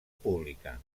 pública